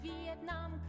Vietnam